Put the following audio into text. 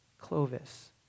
Clovis